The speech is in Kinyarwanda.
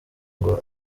ngo